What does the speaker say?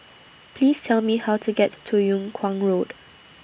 Please Tell Me How to get to Yung Kuang Road